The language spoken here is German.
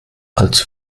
als